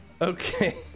Okay